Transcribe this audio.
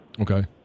Okay